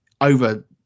over